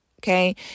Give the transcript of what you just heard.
okay